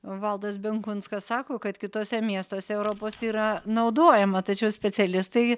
valdas benkunskas sako kad kituose miestuose europos yra naudojama tačiau specialistai